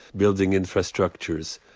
building infrastructures,